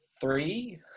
three